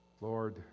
lord